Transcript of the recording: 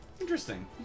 Interesting